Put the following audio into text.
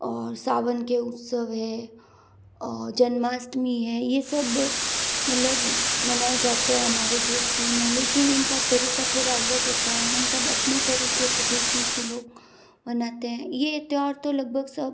और सावन के उत्सव हैं जन्माष्टमी है ये सब मतलब मनाए जाते है और हमारे जोधपुर में लेकिन इनका तरीक़ा थोड़ा अलग होता है हम सब अपने तरीक़े से जोधपुर के लोग मनाते हैं ये त्यौहार तो लगभग सब